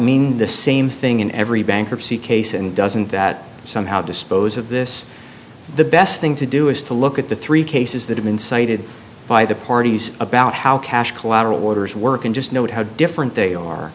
mean the same thing in every bankruptcy case and doesn't that somehow dispose of this the best thing to do is to look at the three cases that have been cited by the parties about how cash collateral orders work and just note how different they are